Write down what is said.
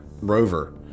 rover